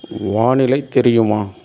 வானிலை தெரியுமா